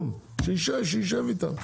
שישב איתם.